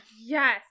Yes